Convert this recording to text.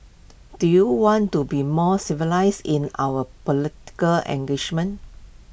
do you want to be more civilised in our political